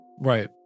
right